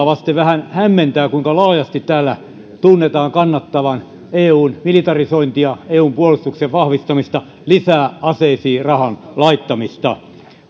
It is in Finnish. vasten vähän hämmentää kuinka laajasti täällä tuntuu kannatettavan eun militarisointia eun puolustuksen vahvistamista lisää aseisiin rahan laittamista vuonna kaksituhattakaksitoista